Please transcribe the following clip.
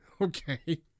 okay